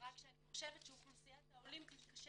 אבל אני חושבת שאוכלוסיית העולים תתקשה